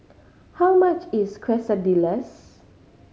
how much is Quesadillas